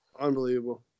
Unbelievable